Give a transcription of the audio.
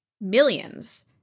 millions